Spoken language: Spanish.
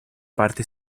parte